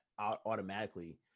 automatically